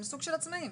הם סוג של עצמאים.